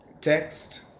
text